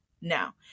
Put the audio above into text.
Now